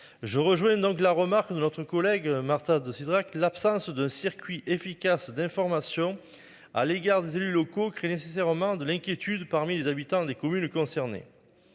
Je rejoins donc la remarque de notre collègue Marta de Cidrac l'absence de circuit efficace d'information à l'égard des élus locaux qui est nécessaire aux mains de l'inquiétude parmi les habitants des communes concernées.